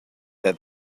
that